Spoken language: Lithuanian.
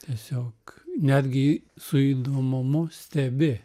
tiesiog netgi su įdomumu stebi